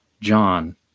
John